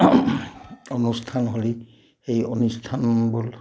অনুষ্ঠান হ'লে সেই অনুষ্ঠানবোৰ